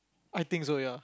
I think so ya